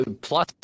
plus